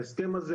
ההסכם הזה,